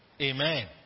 Amen